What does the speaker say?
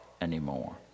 anymore